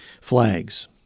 flags